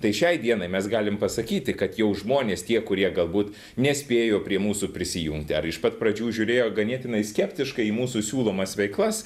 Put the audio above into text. tai šiai dienai mes galim pasakyti kad jau žmonės tie kurie galbūt nespėjo prie mūsų prisijungti ar iš pat pradžių žiūrėjo ganėtinai skeptiškai į mūsų siūlomas veiklas